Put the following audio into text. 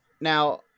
Now